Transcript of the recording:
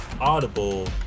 Audible